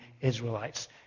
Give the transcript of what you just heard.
israelites